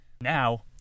Now